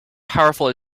powerful